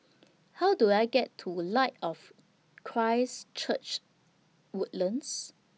How Do I get to Light of Christ Church Woodlands